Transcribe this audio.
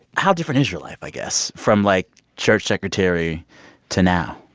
how different is your life, i guess, from, like, church secretary to now?